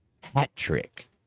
Hat-trick